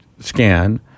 scan